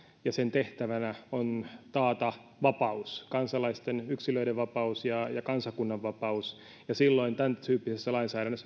ja sen tehtävänä on taata vapaus kansalaisten yksilöiden vapaus ja ja kansakunnan vapaus ja silloin tämäntyyppisessä lainsäädännössä